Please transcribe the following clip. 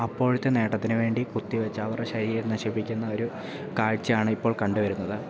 അപ്പോഴത്തെ നേട്ടത്തിന് വേണ്ടി കുത്തിവെച്ച് അവർ ശരീരം നശിപ്പിക്കുന്ന ഒരു കാഴ്ചയാണ് ഇപ്പോൾ കണ്ടുവരുന്നത്